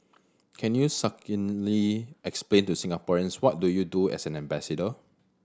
can you succinctly explain to Singaporeans what do you do as an ambassador